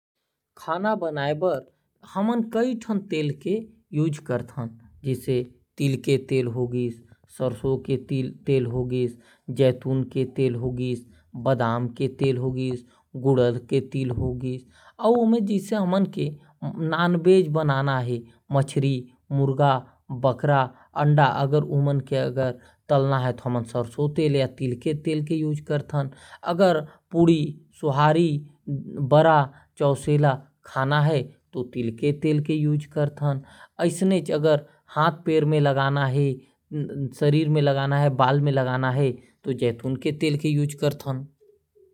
खाना बनाए बर हमन कई तेल के इस्तेमाल कर थी। जैसे तिल के तेल, बादाम के तेल, सरसों के तेल। अगर हमके नॉनवेज बनाना है जैसे मछली ,मुर्गा, अंडा, बकरा तो हमन सरसों तेल के इस्तेमाल कर थी। और अगर हमन के पूरी ,बरा खाए बर तिल के तेल के इस्तेमाल कर थन। और अगर हमन के बाल में या हाथ पैर में लगाना है तो हमन के जैतून के तेल लगाना चाहिए।